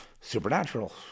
Supernatural